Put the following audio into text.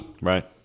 right